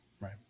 Right